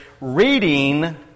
reading